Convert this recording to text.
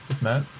Matt